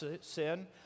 sin